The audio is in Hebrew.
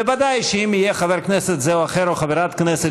ודאי שאם יהיה חבר כנסת זה או אחר או חברת כנסת